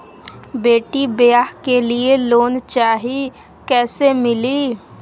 बेटी ब्याह के लिए लोन चाही, कैसे मिली?